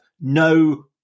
no